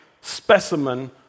specimen